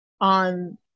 on